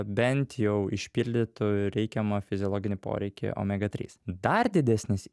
bent jau išpildytų reikiamą fiziologinį poreikį omega trys dar didesnis